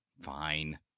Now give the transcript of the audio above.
Fine